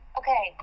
okay